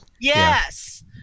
yes